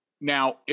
Now